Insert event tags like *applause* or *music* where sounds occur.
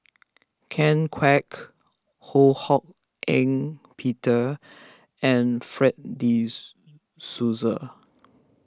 Ken Kwek Ho Hak Ean Peter and Fred De *unintelligible* Souza